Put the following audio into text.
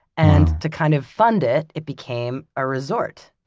and to kind of fund it, it became a resort.